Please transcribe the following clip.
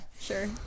sure